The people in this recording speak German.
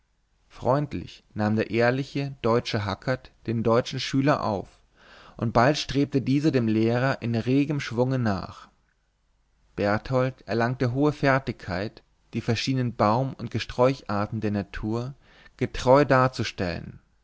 freundlich nahm der ehrliche deutsche hackert den deutschen schüler auf und bald strebte dieser dem lehrer in regem schwunge nach berthold erlangte große fertigkeit die verschiedenen baum und gesträucharten der natur getreu darzustellen